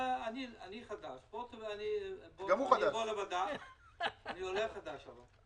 חדש בתפקיד, אני עולה חדש שם.